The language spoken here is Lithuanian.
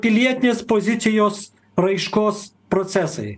pilietinės pozicijos raiškos procesai